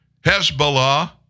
Hezbollah